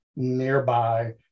nearby